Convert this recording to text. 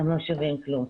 הם לא שווים כלום.